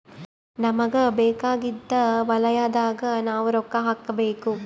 ನಮಗ ಬೇಕಾಗಿದ್ದ ವಲಯದಾಗ ನಾವ್ ರೊಕ್ಕ ಹಾಕಬೇಕು